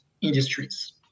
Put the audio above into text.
industries